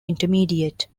intermediate